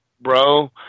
bro